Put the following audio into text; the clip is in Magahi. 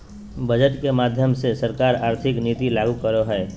बजट के माध्यम से सरकार आर्थिक नीति लागू करो हय